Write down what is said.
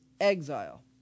exile